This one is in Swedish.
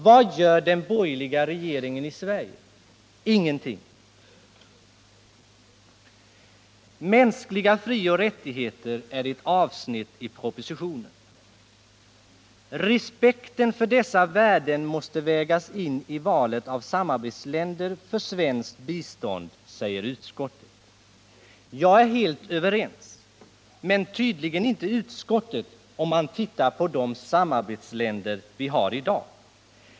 Vad gör den borgerliga regeringen i Sverige? Ingenting. Mänskliga frioch rättigheter är ett avsnitt i propositionen. ”Respekten för dessa värden måste vägas in i valet av samarbetsländer för svenskt bistånd”, säger utskottet. Jag instämmer helt i det, men det gör tydligen inte utskottet om man ser till de samarbetsländer vi har i dag.